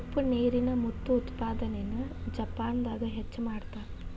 ಉಪ್ಪ ನೇರಿನ ಮುತ್ತು ಉತ್ಪಾದನೆನ ಜಪಾನದಾಗ ಹೆಚ್ಚ ಮಾಡತಾರ